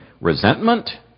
resentment